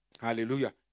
Hallelujah